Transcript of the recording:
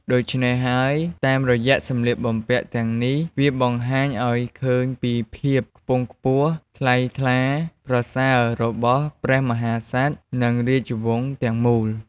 ដូច្នេះហើយតាមរយៈសម្លៀកបំពាក់ទាំងនេះ វាបង្ហាញឱ្យឃើញពីភាពខ្ពង់ខ្ពស់ ថ្លៃថ្លាប្រសើរបស់ព្រះមហាក្សត្រ និងរាជវង្សទាំងមូល។